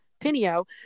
Pinio